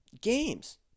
games